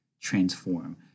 transform